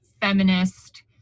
feminist